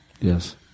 Yes